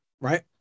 Right